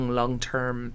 long-term